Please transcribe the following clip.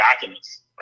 documents